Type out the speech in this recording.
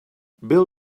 bill